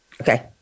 Okay